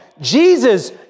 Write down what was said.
Jesus